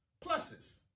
pluses